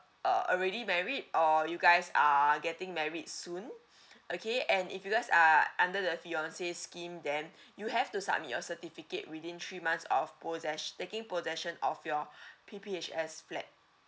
uh already married or you guys are getting married soon okay and if you guys are under the fiance scheme then you have to submit your certificate within three months of posses~ taking possession of your P P H S flat